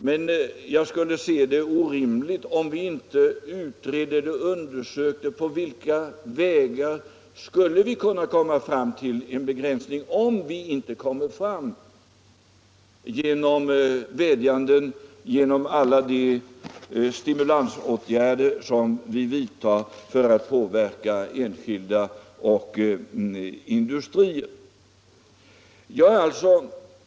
Men jag skulle finna det orimligt att inte undersöka på vilka vägar vi kan komma fram till en begränsning, om vi alltså inte når den genom de vädjanden vi gjort och genom alla de stimulansåtgärder vi vidtagit för att påverka enskilda människor och industrier.